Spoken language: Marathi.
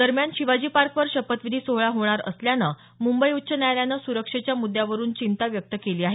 दरम्यान शिवाजी पार्कवर शपथविधी सोहळा होणार असल्यानं मुंबई उच्च न्यायालयानं सुरक्षेच्या मुद्यावरुन चिंता व्यक्त केली आहे